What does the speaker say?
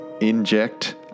inject